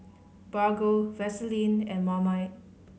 Bargo Vaseline and Marmite